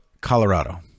colorado